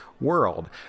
world